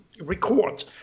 record